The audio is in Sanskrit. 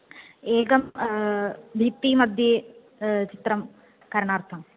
एकां भित्तिमध्ये चित्रं करणार्थम्